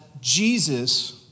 Jesus